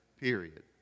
period